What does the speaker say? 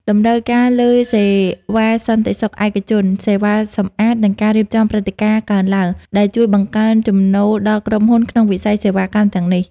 តម្រូវការលើសេវាសន្តិសុខឯកជន សេវាសម្អាត និងការរៀបចំព្រឹត្តិការណ៍កើនឡើង ដែលជួយបង្កើនចំណូលដល់ក្រុមហ៊ុនក្នុងវិស័យសេវាកម្មទាំងនេះ។